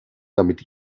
damit